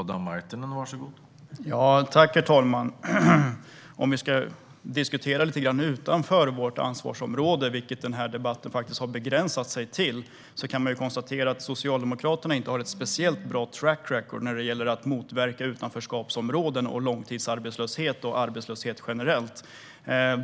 Herr talman! Om vi ska diskutera utanför vårt ansvarsområde, vilket denna debatt har begränsats till, kan man konstatera att Socialdemokraterna inte har ett speciellt bra track record när det gäller att motverka utanförskapsområden och långtidsarbetslöshet, eller arbetslöshet generellt.